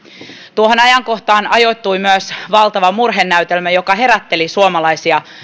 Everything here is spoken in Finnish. tuohon ajankohtaan ajoittui myös valtava murhenäytelmä joka herätteli suomalaisia